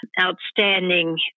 outstanding